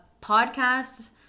Podcasts